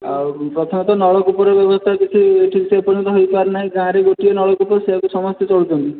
ଆଉ ପ୍ରଥମତଃ ନଳକୂପର ବ୍ୟବସ୍ଥା କିଛି ଠିକ୍ ଠାକ୍ ଏହିପର୍ଯ୍ୟନ୍ତ ହୋଇପାରିନାହିଁ ଗାଁରେ ଗୋଟେ ନଳକୂପ ସେହିୟାକୁ ସମସ୍ତେ ଚଳୁଛନ୍ତି